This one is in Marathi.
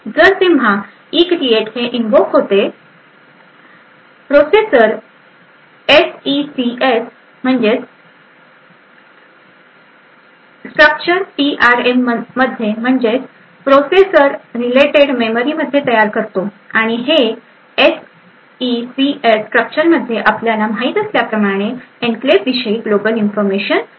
तर जेव्हा इक्रियेट हे इनव्होक होते processor SECS structure P R M मध्ये म्हणजे प्रोसेसर रिलेटेड मेमरी मध्ये तयार करतो आणि हे एसईसीएस स्ट्रक्चर मध्ये आपल्याला माहीत असल्या प्रमाणे एन्क्लेव्ह विषयी ग्लोबल इन्फॉर्मेशन असते